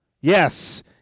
Yes